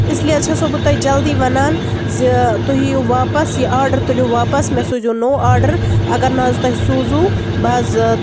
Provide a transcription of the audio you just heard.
اس لیے حظ چھ سۄ بہٕ تۄہہِ جلدی وَنان زِ تُہۍ یِیوٗ واپَس یہِ آرڈَر تُلیو واپس مےٚ سوٗزیو نوٚو آرڈَر اگر نہ حظ تۄہہِ سوٗزو بہٕ حظ